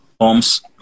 homes